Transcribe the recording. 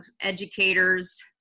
educators